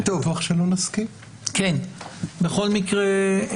בכל מקרה,